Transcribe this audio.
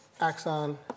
axon